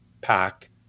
Pack